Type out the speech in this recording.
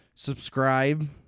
Subscribe